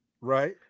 right